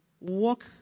walk